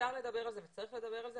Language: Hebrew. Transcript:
אפשר לדבר על זה וצריך לדבר על זה.